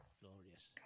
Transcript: Glorious